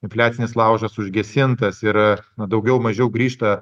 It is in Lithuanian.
infliacinis laužas užgesintas ir a daugiau mažiau grįžta